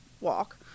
walk